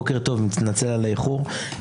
מתנצל על האיחור.